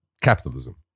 capitalism